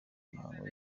imihango